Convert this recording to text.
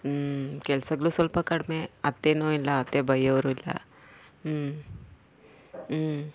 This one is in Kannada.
ಹ್ಞೂ ಕೆಲಸಗಳು ಸ್ವಲ್ಪ ಕಡಿಮೆ ಅತ್ತೆಯೂ ಇಲ್ಲ ಅತ್ತೆ ಬೈಯ್ಯೋರು ಇಲ್ಲ ಹ್ಞೂ ಹ್ಞೂ